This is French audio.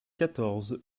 quatorze